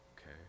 Okay